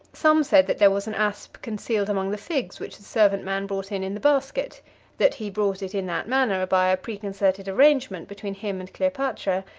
some said that there was an asp concealed among the figs which the servant man brought in in the basket that he brought it in that manner, by a preconcerted arrangement between him and cleopatra,